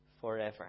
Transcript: forever